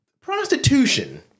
prostitution